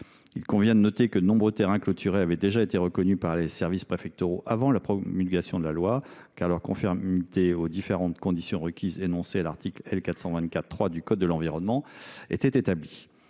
Il convient de noter que de nombreux terrains clôturés avaient déjà été reconnus par les services préfectoraux avant la promulgation de la loi, car leur conformité aux différentes conditions requises énoncées dans l’article L. 424 3 du code de l’environnement était établie.